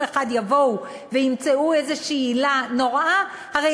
אחד יבואו וימצאו עילה נוראה כלשהי,